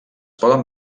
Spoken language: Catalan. poden